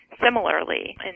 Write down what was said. similarly